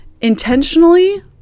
intentionally